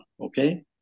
okay